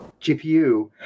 GPU